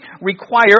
require